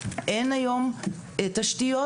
אין היום תשתיות,